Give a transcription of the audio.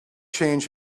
change